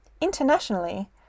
Internationally